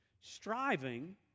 striving